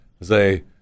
Say